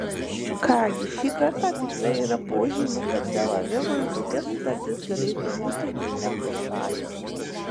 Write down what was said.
ką gi šį kartą tikrai yra požymių kad tel avivui tokia sutartis galėtų būti ir ne pro šalį